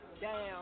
down